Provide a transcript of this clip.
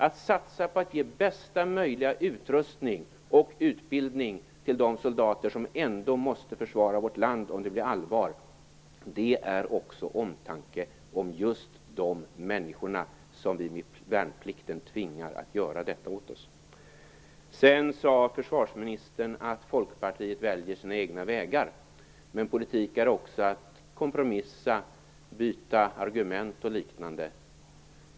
Att satsa på att ge bästa möjliga utrustning och utbildning till de soldater som ändå måste försvara vårt land om det blir allvar, det är också omtanke om just de människor som vi med värnplikten tvingar att göra detta åt oss. Försvarsministern sade också att Folkpartiet väljer sina egna vägar, men politik är också att kompromissa, byta argument och liknande.